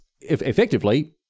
effectively